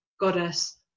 goddess